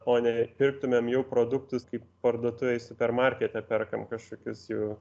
o ne dirbtumėm jau produktus kaip parduotuvėj supermarkete perkam kažkokius jau